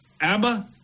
ABBA